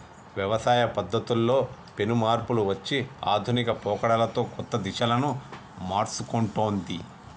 వ్యవసాయ పద్ధతుల్లో పెను మార్పులు వచ్చి ఆధునిక పోకడలతో కొత్త దిశలను మర్సుకుంటొన్ది